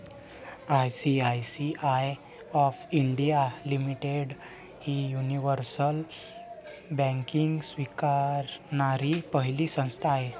ICICI of India limited ही universal banking स्वीकारणारी पहिली संस्था आहे